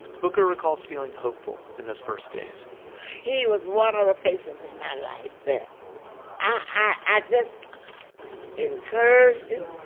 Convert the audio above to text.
booker recalls feeling hopeful in those first days he was one of the patients in my life that i just encouraged him.